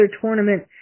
tournament